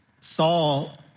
Saul